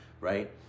right